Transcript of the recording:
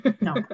No